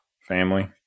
Family